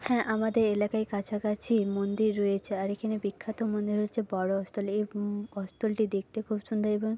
হ্যাঁ আমাদের এলাকায় কাছাকাছি মন্দির রয়েছে আর এখানে বিখ্যাত মন্দির হচ্ছে বড় অস্তল এই অস্তলটি দেখতে খুব সুন্দর এবং